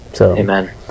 Amen